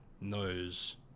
knows